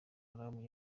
haram